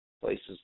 places